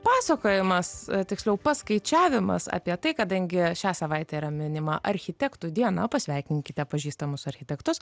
pasakojimas tiksliau paskaičiavimas apie tai kadangi šią savaitę yra minima architektų diena pasveikinkite pažįstamus architektus